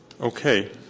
Okay